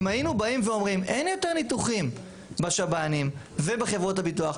אם היינו באים ואומרים אין יותר ניתוחים בשב"נים ובחברות הביטוח,